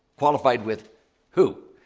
qualified with who?